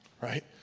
right